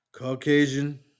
Caucasian